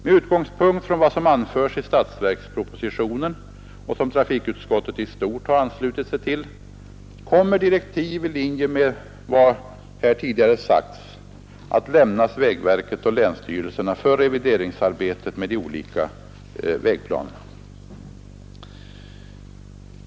Med utgångspunkt i vad som anförs i statsverkspropositionen, vilket trafikutskottet i stort har anslutit sig till, kommer direktiv i linje med vad här tidigare sagts att lämnas vägverket och länsstyrelserna för revideringsarbetet med de olika vägplanerna.